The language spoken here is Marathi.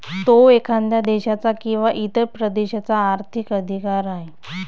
तो एखाद्या देशाचा किंवा इतर प्रदेशाचा आर्थिक अधिकार आहे